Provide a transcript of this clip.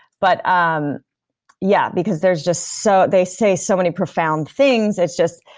but um yeah, because there's just so. they say so many profound things it's just,